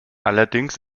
allerdings